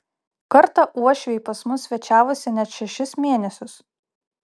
kartą uošviai pas mus svečiavosi net šešis mėnesius